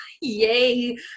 yay